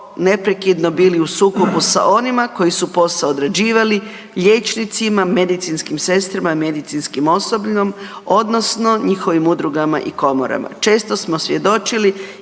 neprekidno bili u sukobu sa onima koji su posao odrađivali, liječnicima, medicinskim sestrama, medicinskim osobljem odnosno njihovom udrugama i komorama. Često smo svjedočili